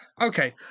Okay